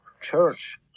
Church